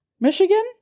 Michigan